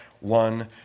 one